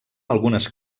algunes